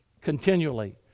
continually